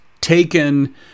taken